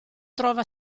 trova